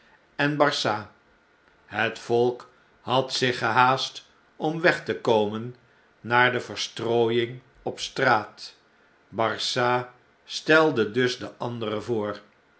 en barsad het volk had zich gehaast om weg te komen naar de verstrooiing op straat barsad stelde dus den anderen voor